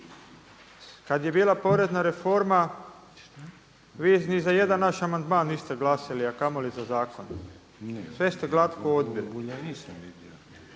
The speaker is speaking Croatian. Kad je bila porezna reforma vi ni za jedan naš amandman niste glasali, a kamoli za zakon. Sve ste glatko odbili.